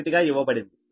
u గా ఇవ్వబడింది